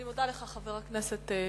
אני מודה לך, חבר הכנסת מקלב.